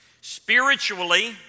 Spiritually